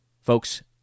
folks